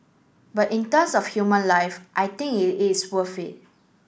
but in terms of human life I think it is worth it